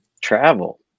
travel